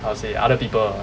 how to say other people ah